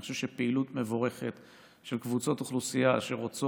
אני חושב שפעילות מבורכת של קבוצות אוכלוסייה שרוצות